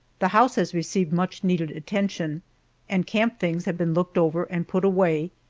the house has received much needed attention and camp things have been looked over and put away,